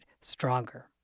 stronger